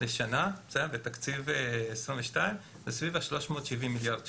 לשנה בתקציב 2022. זה סביב 370 מיליארד שקל.